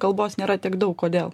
kalbos nėra tik daug kodėl